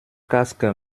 casque